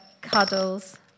cuddles